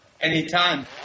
anytime